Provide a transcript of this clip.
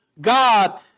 God